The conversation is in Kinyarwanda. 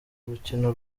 urukino